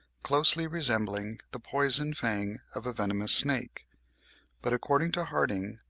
closely resembling the poison-fang of a venomous snake but according to harting,